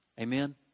Amen